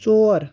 ژور